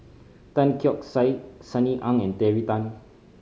Tan Keong Saik Sunny Ang and Terry Tan